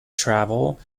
travel